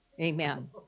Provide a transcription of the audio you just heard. amen